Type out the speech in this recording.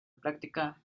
práctica